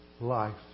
life